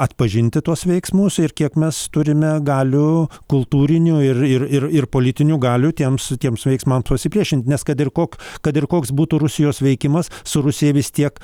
atpažinti tuos veiksmus ir kiek mes turime galių kultūrinių ir ir ir ir politinių galių tiems tiems veiksmams pasipriešint nes kad ir koks kad ir koks būtų rusijos veikimas su rusija vis tiek